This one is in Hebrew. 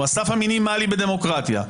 הוא הסף המינימלי בדמוקרטיה,